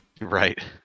right